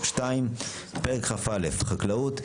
פרק כ"א (חקלאות),